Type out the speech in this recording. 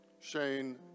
Shane